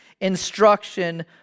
instruction